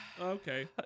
okay